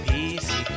Easy